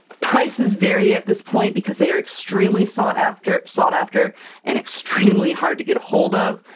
prices vary at this point because they are extremely sought-after, sought-after and extremely hard to get a-hold of,